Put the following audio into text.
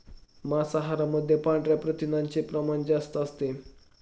मांसाहारामध्ये पांढऱ्या प्रथिनांचे प्रमाण जास्त असते